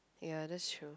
ya that's true